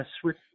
switch